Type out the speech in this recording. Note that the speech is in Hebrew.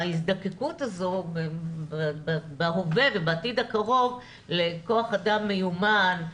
ההזדקקות הזאת בהווה ובעתיד הקרוב לכוח אדם מיומן,